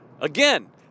Again